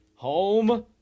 Home